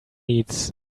needs